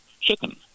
chicken